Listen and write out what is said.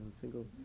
single